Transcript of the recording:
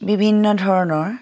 বিভিন্ন ধৰণৰ